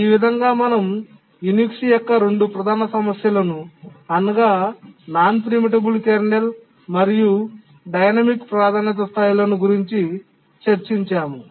ఈ విధంగా మనం యునిక్స్ యొక్క రెండు ప్రధాన సమస్యలను అనగా ప్రీమిటబుల్ కాని కెర్నల్ మరియు డైనమిక్ ప్రాధాన్యత స్థాయిలు గురించి చర్చించాము